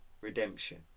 redemption